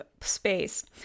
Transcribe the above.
space